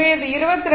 எனவே அது 2